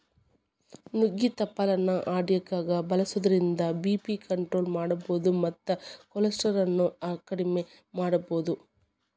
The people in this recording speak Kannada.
ನುಗ್ಗಿ ತಪ್ಪಲಾನ ಅಡಗ್ಯಾಗ ಬಳಸೋದ್ರಿಂದ ಬಿ.ಪಿ ಕಂಟ್ರೋಲ್ ಮಾಡಬೋದು ಮತ್ತ ಕೊಲೆಸ್ಟ್ರಾಲ್ ಅನ್ನು ಅಕೆಡಿಮೆ ಮಾಡಬೋದು